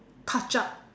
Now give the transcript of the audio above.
touch up